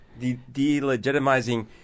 delegitimizing